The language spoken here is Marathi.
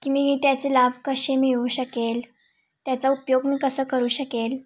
की मी त्याचे लाभ कसे मिळू शकेल त्याचा उपयोग मी कसं करू शकेल